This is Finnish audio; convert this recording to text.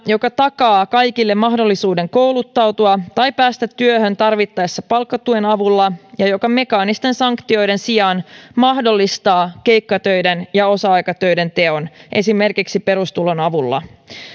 joka takaa kaikille mahdollisuuden kouluttautua tai päästä työhön tarvittaessa palkkatuen avulla ja joka mekaanisten sanktioiden sijaan mahdollistaa keikkatöiden ja osa aikatöiden teon esimerkiksi perustulon avulla